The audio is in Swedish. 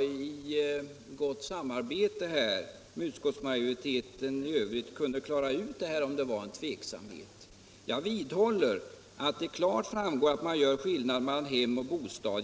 i gott samarbete med utskottsmajoriteten i övrigt kunde klara ut om det förelåg tveksamhet. Jag vidhåller att det klart framgår att man gör skillnad mellan hem och bostad.